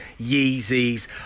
Yeezys